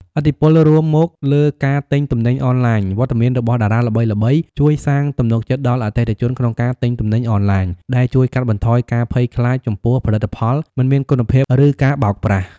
ឥទ្ធិពលរួមមកលើការទិញទំនិញអនទ្បាញ វត្តមានរបស់តារាល្បីៗជួយសាងទំនុកចិត្តដល់អតិថិជនក្នុងការទិញទំនិញអនឡាញ ដែលជួយកាត់បន្ថយការភ័យខ្លាចចំពោះផលិតផលមិនមានគុណភាព ឬការបោកប្រាស់។